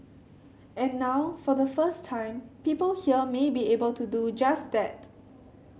and now for the first time people here may be able to do just that